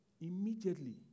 immediately